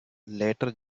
later